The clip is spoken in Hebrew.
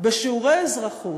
בשיעורי אזרחות,